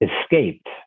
escaped